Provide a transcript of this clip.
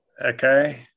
Okay